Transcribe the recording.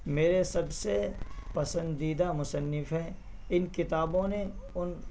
میرے سب سے پسندیدہ مصنف ہیں ان کتابوں نے ان